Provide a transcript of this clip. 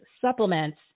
supplements